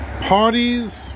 parties